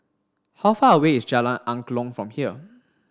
how far away is Jalan Angklong from here